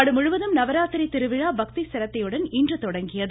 நாடு முழுவதும் நவராத்திரி திருவிழா பக்தி சிரத்தையுடன் இன்று தொடங்கியது